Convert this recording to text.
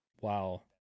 Wow